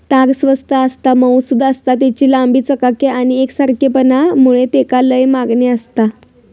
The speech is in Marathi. ताग स्वस्त आसता, मऊसुद आसता, तेची लांबी, चकाकी आणि एकसारखेपणा मुळे तेका लय मागणी आसता